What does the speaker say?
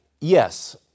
Yes